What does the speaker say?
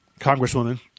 Congresswoman